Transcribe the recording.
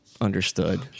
Understood